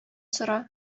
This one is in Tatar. сора